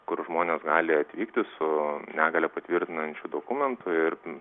kur žmonės gali atvykti su negalia patvirtinančiu dokumentu ir